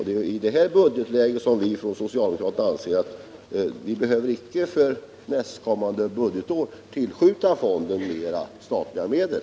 Det är i detta budgetläge som vi socialdemokrater anser att vi inte för nästkommande budgetår behöver tillföra fonden mera statliga medel.